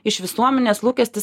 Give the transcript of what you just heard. iš visuomenės lūkestis